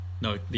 No